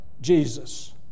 Jesus